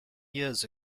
years